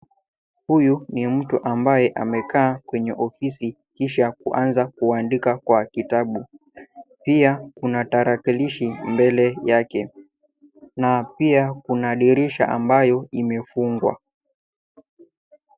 Huyu ni mtu ambaye amekaa kwenye ofisi, kisha kuanza kuandika kwa kitabu. Pia kuna tarakilishi mbele yake, na pia kuna dirisha ambayo imefungwa.